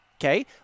Okay